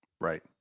right